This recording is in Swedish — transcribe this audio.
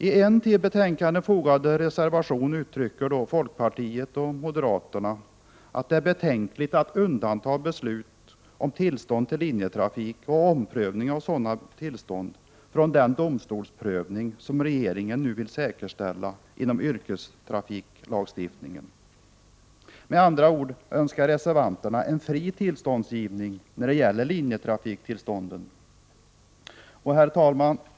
I en till betänkandet fogad reservation uttrycker folkpartiet och moderaterna att det är betänkligt att undanta beslut om tillstånd till linjetrafik och omprövning av sådana tillstånd från den domstolsprövning som regeringen nu vill säkerställa inom yrkestrafiklagstiftningen. Med andra ord önskar reservanterna en fri tillståndsgivning när det gäller linjetrafiktillstånden. Herr talman!